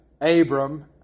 Abram